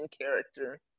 character